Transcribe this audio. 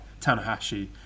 Tanahashi